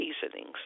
seasonings